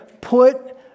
put